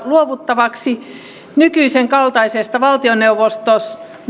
luovuttavaksi nykyisen kaltaisesta valtioneuvoston